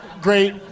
great